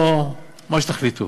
או מה שתחליטו.